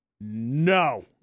no